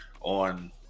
on